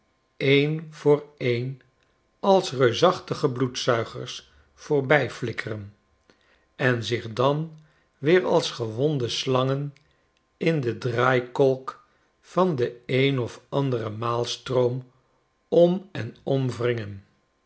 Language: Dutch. een voor een als reusachtige bloedzuigers voorbijflikkeren en zich dan weer als gewonde slangen in de draaikolk van den een of anderen maalstroom om en